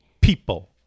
people